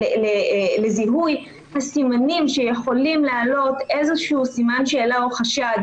לזיהוי הסימנים שיכולים להעלות איזה שהוא סימן שאלה או חשד